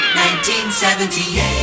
1978